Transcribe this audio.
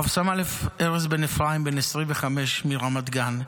רב-סמל ארז בן אפרים, בן 25, מרמת גן,